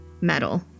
metal